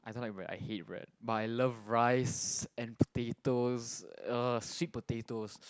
I don't like bread I hate bread but I love rice and potatoes ugh sweet potatoes